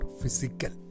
physical